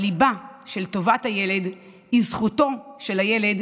הליבה של טובת הילד היא זכותו של הילד